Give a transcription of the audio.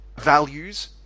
values